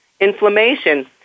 inflammation